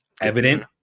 evident